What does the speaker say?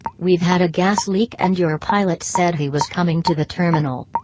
we've had a gas leak and your pilot said he was coming to the terminal.